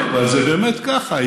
אבל זה באמת ככה,